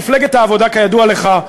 מפלגת העבודה, כידוע לך,